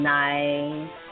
nice